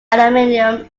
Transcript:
aluminum